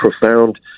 profound